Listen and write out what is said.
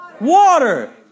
Water